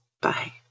Bye